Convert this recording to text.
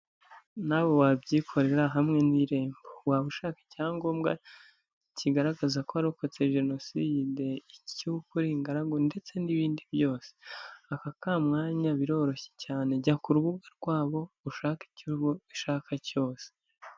Nawe wabyikorera hamwe n'irembo, waba ushaka icyangombwa kigaragaza ko warokotse jenoside, y'uko uri ingaragu ndetse n'ibindi byose, aka ka mwanya biroroshye cyane, jya ku rubuga rwabo ushakake icyo ishaka cyose.